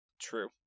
True